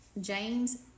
James